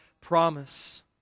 promise